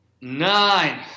nine